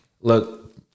look